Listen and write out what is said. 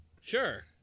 Sure